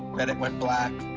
reddit went black,